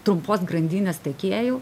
trumpos grandinės tiekėjų